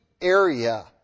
area